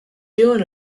doing